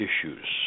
issues